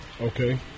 Okay